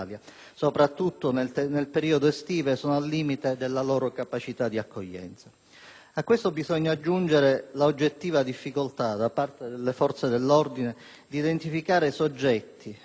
A questo occorre aggiungere l'oggettiva difficoltà da parte delle forze dell'ordine di identificare i soggetti, alcuni dei quali arrivano anche ad ustionarsi i polpastrelli per evitare il riconoscimento